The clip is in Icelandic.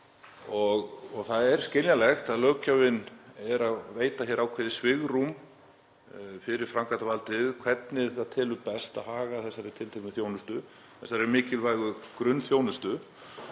og það er skiljanlegt að löggjöfin sé að veita ákveðið svigrúm fyrir framkvæmdarvaldið, hvernig það telur best að haga þessari tilteknu þjónustu, þessari mikilvægu grunnþjónustu.